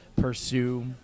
pursue